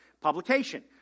publication